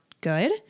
good